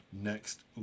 next